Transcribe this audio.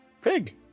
Pig